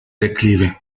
declive